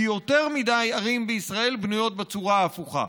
כי יותר מדי ערים בישראל בנויות בצורה ההפוכה,